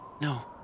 No